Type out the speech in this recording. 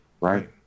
Right